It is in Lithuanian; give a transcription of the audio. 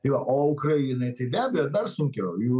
jo o ukrainai tai be abejo dar sunkiau jų